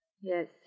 Yes